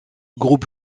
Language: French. groupe